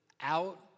out